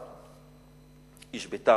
איש בית"ר,